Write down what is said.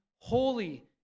holy